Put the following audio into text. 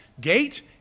gate